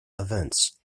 events